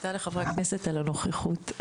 תודה לחברי הכנסת על הנוכחות.